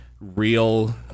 real